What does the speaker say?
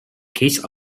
case